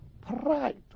pride